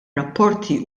rapporti